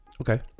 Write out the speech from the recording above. Okay